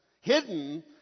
hidden